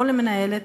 או למנהלת,